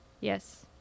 Yes